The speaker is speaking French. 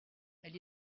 elle